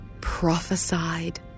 prophesied